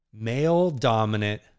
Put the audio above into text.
Male-dominant